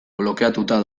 blokeatuta